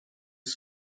his